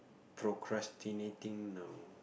procrastinating now